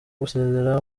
gusezera